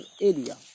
area